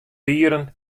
dieren